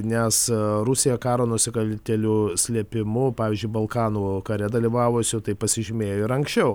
nes rusija karo nusikaltėlių slėpimu pavyzdžiui balkanų kare dalyvavusių tai pasižymėjo ir anksčiau